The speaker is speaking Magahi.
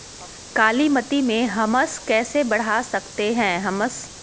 कालीमती में हमस कैसे बढ़ा सकते हैं हमस?